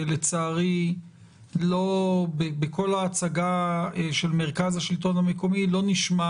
שלצערי בכל ההצגה של מרכז השלטון המקומי לא נשמע